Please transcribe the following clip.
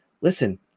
listen